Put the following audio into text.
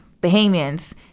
Bahamians